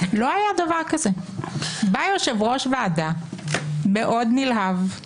בא יושב-ראש ועדה מאוד נלהב,